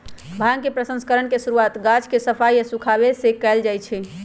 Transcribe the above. भांग के प्रसंस्करण के शुरुआत गाछ के सफाई आऽ सुखाबे से कयल जाइ छइ